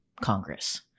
Congress